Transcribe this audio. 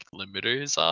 limiters